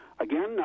again